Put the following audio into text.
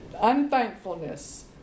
unthankfulness